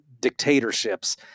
dictatorships